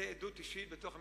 זה עדות אישית בתוך המשפחה.